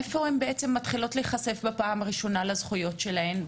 איפה הן נחשפות לראשונה לזכויות שלהן?